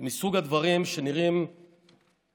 זה מסוג הדברים שנראים משונים,